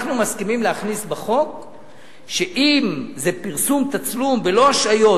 אנחנו מסכימים להכניס לחוק שאם זה פרסום תצלום בלא השהיות,